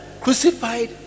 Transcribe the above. crucified